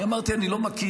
אני אמרתי שאני לא מכיר,